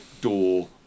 door